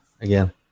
again